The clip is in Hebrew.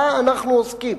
בה אנחנו עוסקים.